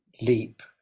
leap